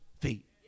feet